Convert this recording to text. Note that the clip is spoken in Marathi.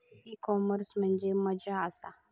ई कॉमर्स म्हणजे मझ्या आसा?